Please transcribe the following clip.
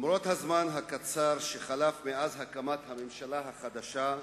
למרות הזמן הקצר שחלף מאז הקמת הממשלה החדשה,